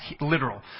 literal